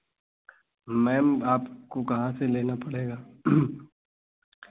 ma'am आपको कहाँ से लेना पड़ेगा